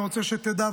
אני רוצה שתדע,